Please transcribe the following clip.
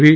V